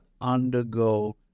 undergo